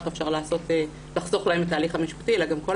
איך אפשר לחסוך להם את ההליך המשפטי אלא גם שכל